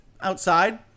Outside